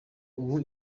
ubu